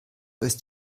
ist